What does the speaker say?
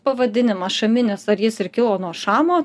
pavadinimas šaminis ar jis ir kilo nuo šamo